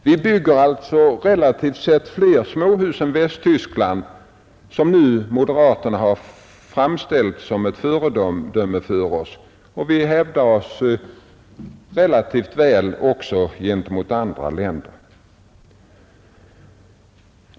Vi bygger alltså relativt sett flera småhus än Västtyskland, som moderaterna nu framställt som ett föredöme för oss. Vi hävdar oss relativt sett väl gentemot andra länder.